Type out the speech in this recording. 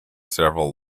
several